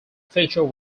feature